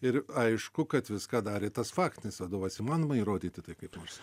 ir aišku kad viską darė tas faktinis vadovas įmanoma įrodyti tai kaip nors